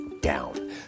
down